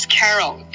carol